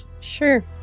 Sure